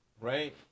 right